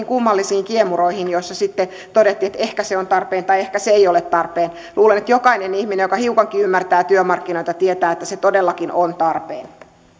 kummallisiin kiemuroihin joissa sitten todettiin että ehkä se on tarpeen tai ehkä se ei ole tarpeen luulen että jokainen ihminen joka hiukankin ymmärtää työmarkkinoita tietää että se todellakin on tarpeen